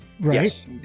right